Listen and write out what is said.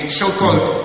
so-called